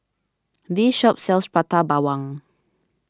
this shop sells Prata Bawang